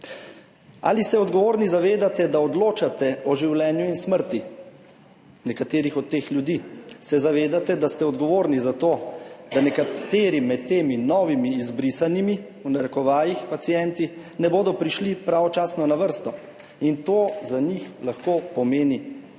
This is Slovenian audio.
Ali se odgovorni zavedate, da odločate o življenju in smrti nekaterih od teh ljudi? Se zavedate, da ste odgovorni za to, da nekateri med temi novimi izbrisanimi, v narekovajih, pacienti ne bodo prišli pravočasno na vrsto. To za njih lahko pomeni